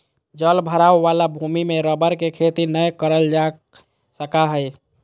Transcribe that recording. जल भराव वाला भूमि में रबर के खेती नय करल जा सका हइ